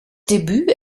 debüt